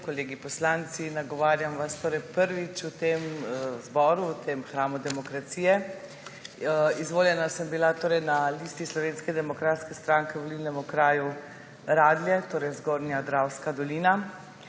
kolegi poslanci! Nagovarjam vas prvič v tem zboru, v tem hramu demokracije. Izvoljena sem bila na listi Slovenske demokratske stranke v volilnem okraju Radlje, torej zgornja Dravska dolina.